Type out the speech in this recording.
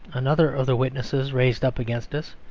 another of the witnesses raised up against us,